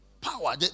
Power